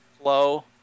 flow